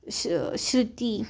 श श्रुती